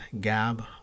Gab